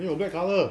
没有 black colour